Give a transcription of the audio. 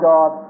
God